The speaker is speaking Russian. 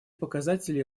показатели